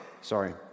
Sorry